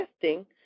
testing